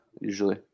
usually